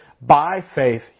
by-faith